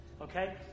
Okay